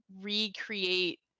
recreate